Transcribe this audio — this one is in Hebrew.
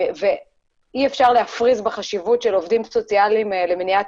אי אפשר להפריז בחשיבות של עובדים סוציאליים למניעת